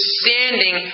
standing